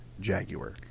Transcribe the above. jaguar